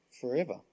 forever